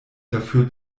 dafür